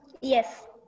Yes